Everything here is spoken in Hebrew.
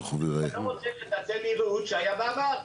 אני לא רוצה שיהיה ריהוט שהיה בעבר.